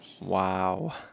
Wow